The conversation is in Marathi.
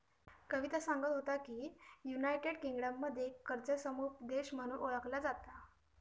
कविता सांगा होता की, युनायटेड किंगडममध्ये कर्ज समुपदेशन म्हणून ओळखला जाता